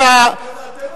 אני מבין שקיבלת,